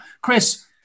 Chris